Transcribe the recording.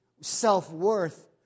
self-worth